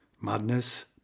Madness